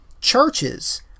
churches